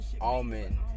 Almond